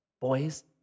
Boys